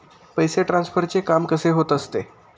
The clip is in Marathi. पैसे ट्रान्सफरचे काम कसे होत असते?